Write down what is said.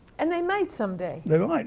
and, they might some day. they might,